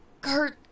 Kurt